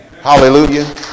Hallelujah